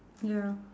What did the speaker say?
ya